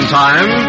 time